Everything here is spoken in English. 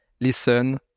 listen